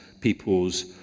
people's